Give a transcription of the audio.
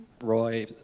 Roy